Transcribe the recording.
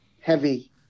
heavy